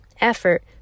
effort